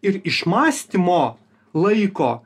ir išmąstymo laiko